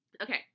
Okay